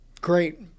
Great